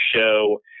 show